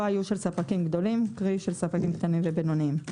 היו של ספקים גדולים אלא של ספקים קטנים ובינוניים.